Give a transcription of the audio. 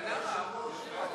אדוני,